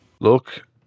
Look